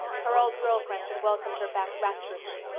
her old girl friends had welcomed her back rapturously.